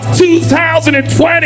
2020